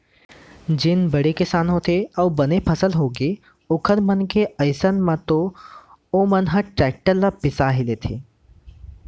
जेन बड़े किसान होथे अउ बने फसल होगे ओखर मन के अइसन म तो ओमन ह टेक्टर ल बिसा ही लेथे